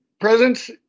presence